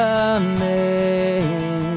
amen